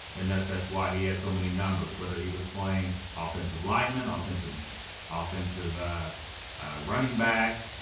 and that's that's why he had so many numbers. whether he was playing offensive lineman, offensive offensive running back,